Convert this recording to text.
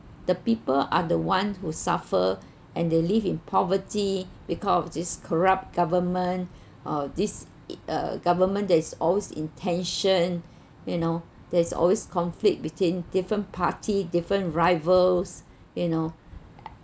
the people are the ones who suffer and they live in poverty because of these corrupt government or this it uh government that is always intention you know there's always conflict between different party different rivals you know